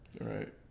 Right